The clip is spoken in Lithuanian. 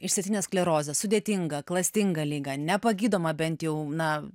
išsėtinę sklerozę sudėtingą klastingą ligą nepagydomą bent jau na